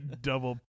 Double